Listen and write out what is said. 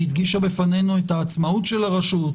היא הדגישה בפנינו את העצמאות של הרשות,